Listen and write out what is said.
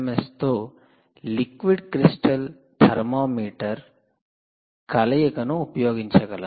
yes తో liquid crystal thermometer కలయికను ఉపయోగించగలను